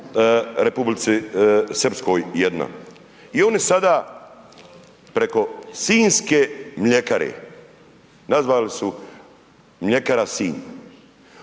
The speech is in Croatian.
Republici Srpskoj jedna. I oni sada preko sinjske mljekare, nazvali su Mljekara Sinj,